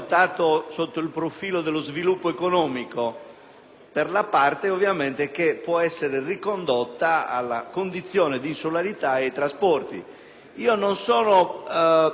per la parte che può essere ricondotta alla condizione di insularità e ai trasporti. Non sono d'accordo con le osservazioni che faceva il collega D'Alia